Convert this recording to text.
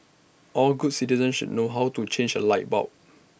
all good citizens should know how to change A light bulb